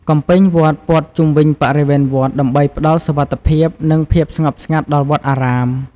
កំពែងវត្តព័ទ្ធជុំវិញបរិវេណវត្តដើម្បីផ្តល់សុវត្ថិភាព និងភាពស្ងប់ស្ងាត់ដល់វត្តអារាម។